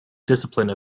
discipline